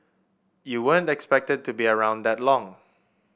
you weren't expected to be around that long